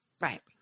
Right